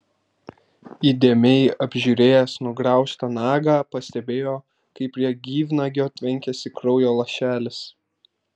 įdėmiai apžiūrėjęs nugraužtą nagą pastebėjo kaip prie gyvnagio tvenkiasi kraujo lašelis